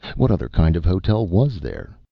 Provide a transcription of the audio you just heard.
what other kind of hotel was there?